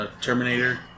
Terminator